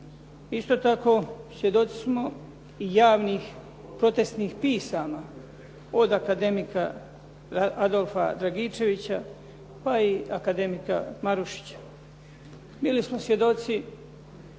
Isto tako svjedoci smo i javnih protesnih pisama od akademika Adolfa Dragićevića, pa i akademika Marušića. Bili smo svjedoci